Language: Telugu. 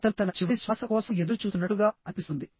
అతను తన చివరి శ్వాస కోసం ఎదురుచూస్తున్నట్లుగా అనిపిస్తుంది